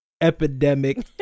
epidemic